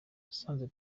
nasanze